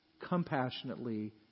compassionately